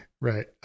right